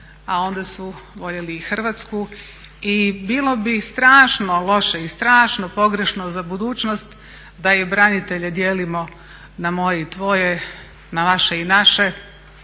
a onda su voljeli i Hrvatsku. I bilo bi strašno loše i strašno pogrešno za budućnost da i branitelje dijelimo na moje i tvoje, na vaše i naše.